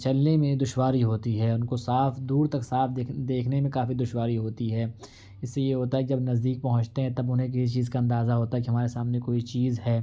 چلنے میں دشواری ہوتی ہے ان کو صاف دور تک صاف دیکھنے میں کافی دشواری ہوتی ہے اسی لیے ہوتا ہے جب نزدیک پہنچتے ہیں تب انہیں کسی چیز کا اندازہ ہوتا ہے کہ ہمارے سامنے کوئی چیز ہے